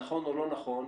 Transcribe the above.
נכון או לא נכון,